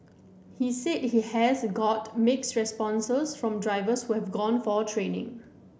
he said he has got mixed responses from drivers who have gone for training